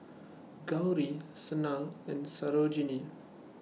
Gauri Sanal and Sarojini